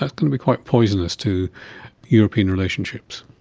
that's going to be quite poisonous to european relationships.